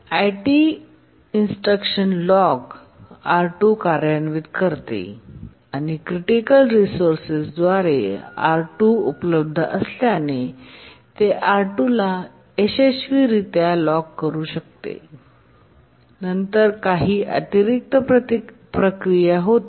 IT instruction lock R2 कार्यान्वित करते आणि क्रिटिकल रिसोर्सेस R2 उपलब्ध असल्याने ते R2 ला यशस्वीरित्या लॉक करू शकते आणि नंतर काही अतिरिक्त प्रक्रिया करते